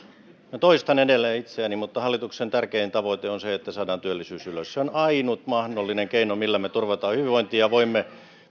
minä toistan edelleen itseäni mutta hallituksen tärkein tavoite on se että saadaan työllisyys ylös se on ainut mahdollinen keino millä me turvaamme hyvinvoinnin ja voimme